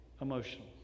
emotional